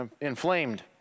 inflamed